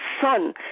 son